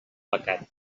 pecat